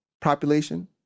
population